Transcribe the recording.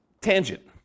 tangent